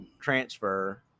transfer